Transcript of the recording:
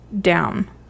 down